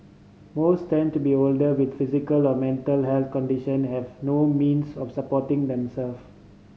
most tend to be older with physical or mental health condition and have no means of supporting themself